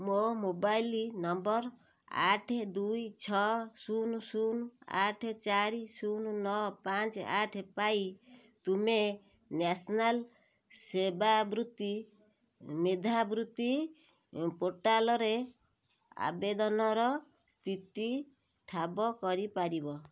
ମୋ mobile number ଆଠ ଦୁଇ ଛଅ ଶୂନ ଶୂନ ଆଠେ ଚାରି ଶୂନ ନଅ ପାଞ୍ଚ ଆଠ ପାଇଁ ତୁମେ ନ୍ୟାସନାଲ୍ ସେବାବୃତ୍ତି ମେଧାବୃତ୍ତି ପୋର୍ଟାଲ୍ରେ ଆବେଦନର ସ୍ଥିତି ଠାବ କରି ପାରିବ